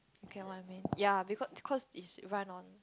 you can what I mean ya bec~ cause it's run on